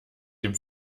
dem